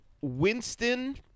Winston